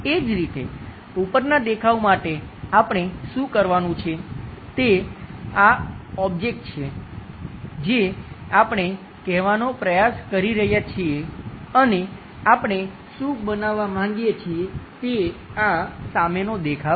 એ જ રીતે ઉપરનાં દેખાવ માટે આપણે શું કરવાનું છે તે આ ઓબ્જેક્ટ છે જે આપણે કહેવાનો પ્રયાસ કરી રહ્યા છીએ અને આપણે શું બનાવવા માંગીએ છીએ તે આ સામેનો દેખાવ છે